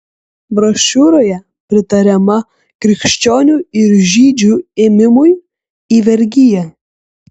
brošiūroje pritariama krikščionių ir žydžių ėmimui į vergiją